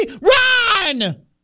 Run